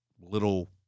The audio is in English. little